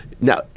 Now